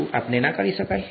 શું તે કરી શકાય